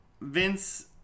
Vince